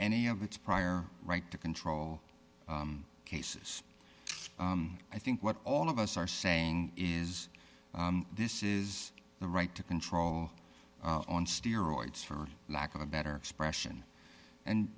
any of its prior right to control cases i think what all of us are saying is this is the right to control on steroids for lack of a better expression and